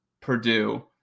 Purdue